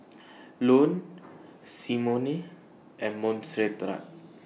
Ione Symone and Monserrat